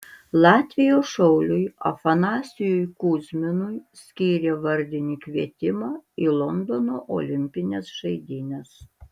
latvijos šauliui afanasijui kuzminui skyrė vardinį kvietimą į londono olimpines žaidynes